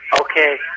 Okay